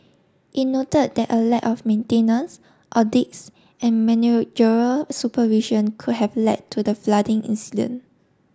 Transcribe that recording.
it noted that a lack of maintenance audits and managerial supervision could have led to the flooding incident